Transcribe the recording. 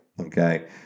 okay